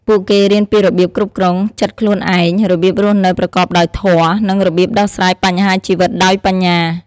ពួកគេរៀនពីរបៀបគ្រប់គ្រងចិត្តខ្លួនឯង របៀបរស់នៅប្រកបដោយធម៌ និងរបៀបដោះស្រាយបញ្ហាជីវិតដោយបញ្ញា។